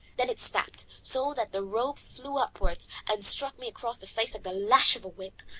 then it snapped, so that the rope flew upwards and struck me across the face like the lash of a whip.